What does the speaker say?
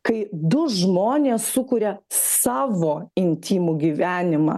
kai du žmonės sukuria savo intymų gyvenimą